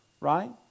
right